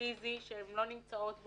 פיזי בו הן בכלל לא נמצאות,